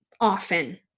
often